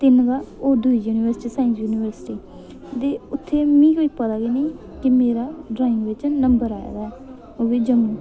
तिन्न दा होर दुई युनिवर्सिटी साईं युनिवर्सिटी ते उत्थै मी कोई पता गै नेईं कि मेरा ड्राइंग बिच नम्बर आया दा ओह् बी जम्मू